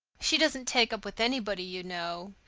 she doesn't take up with anybody, you know.